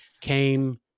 came